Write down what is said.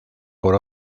por